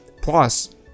Plus